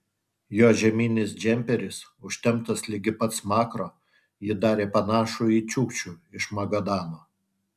jo žieminis džemperis užtemptas ligi pat smakro jį darė panašų į čiukčių iš magadano